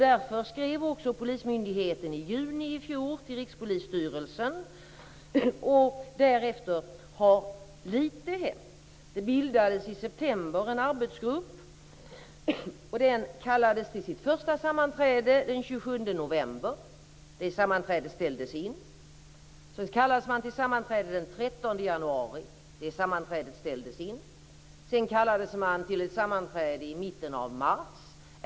Därför skrev också polismyndigheten i juni i fjor till Därefter har lite hänt. Det bildades en arbetsgrupp i september. Den kallades till sitt första sammanträde den 27 november. Det sammanträdet ställdes in. Sedan kallades man till sammanträde den 13 januari. Det sammanträdet ställdes in. Sedan kallades man till sammanträde i mitten av mars.